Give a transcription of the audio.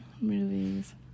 movies